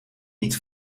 niet